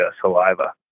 Saliva